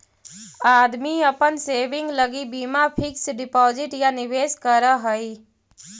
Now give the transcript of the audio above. आदमी अपन सेविंग लगी बीमा फिक्स डिपाजिट या निवेश करऽ हई